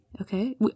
Okay